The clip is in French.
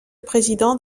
président